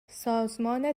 سازمان